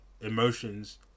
emotions